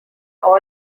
all